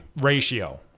ratio